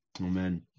Amen